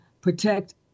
protect